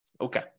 Okay